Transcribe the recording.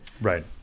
Right